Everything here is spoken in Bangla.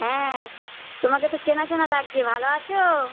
হ্যাঁ তোমাকে তো চেনা চেনা লাগছে ভালো আছো